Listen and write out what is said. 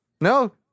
no